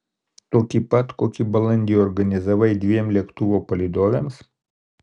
tokį pat kokį balandį organizavai dviem lėktuvo palydovėms